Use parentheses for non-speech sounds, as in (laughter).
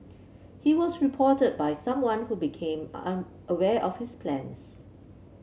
he was reported by someone who became (unintelligible) aware of his plans